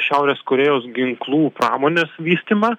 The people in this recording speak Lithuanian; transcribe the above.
šiaurės korėjos ginklų pramonės vystymą